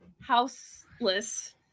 houseless